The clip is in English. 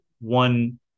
one